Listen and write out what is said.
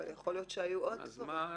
אבל יכול להיות שהיו עוד דברים.